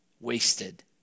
wasted